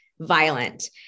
Violent